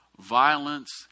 violence